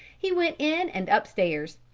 he went in and up stairs.